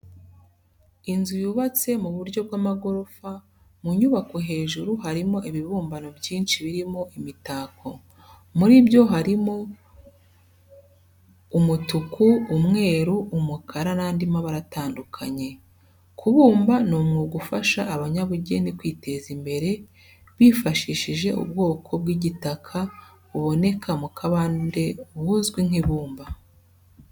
Inzu yubatse mu buryo bw'amagorofa, mu nyubako hejuru harimo ibibumbano byinshi birimo imitako. Muri byo harimo ubutuka, umweru, umukara n'andi mabara atandukanye. Kubumba ni umwuga ufasha abanyabugeni kwiteza imbere bifashishije ubwoko bw'igitaka buboneka mu kabande buzwi nk'ibumba.